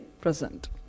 present